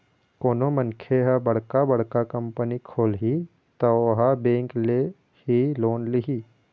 कोनो मनखे ह बड़का बड़का कंपनी खोलही त ओहा बेंक ले ही लोन लिही